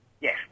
Yes